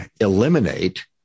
eliminate